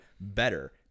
better